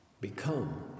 become